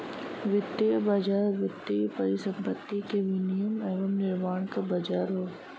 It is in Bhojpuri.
वित्तीय बाज़ार वित्तीय परिसंपत्ति क विनियम एवं निर्माण क बाज़ार हौ